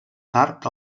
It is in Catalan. tard